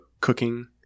cooking